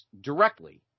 directly